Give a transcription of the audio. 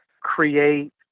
create